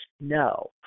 no